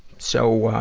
so, ah,